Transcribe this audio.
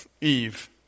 Eve